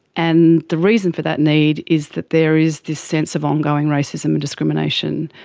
and the reason for that need is that there is this sense of ongoing racism and discrimination.